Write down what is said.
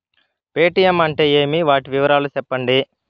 Paytm అంటే ఏమి, వాటి వివరాలు సెప్పండి?